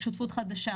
שותפות חדשה.